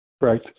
Right